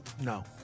No